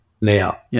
Now